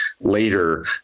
later